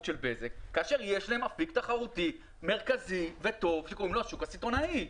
של בזק כאשר יש להם אפיק תחרותי מרכזי וטוב שקוראים לו השוק הסיטונאי.